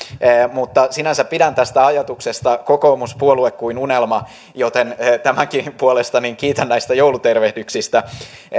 mutta sinänsä pidän tästä ajatuksesta kokoomus puolue kuin unelma joten tämänkin puolesta kiitän näistä joulutervehdyksistä